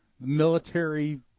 military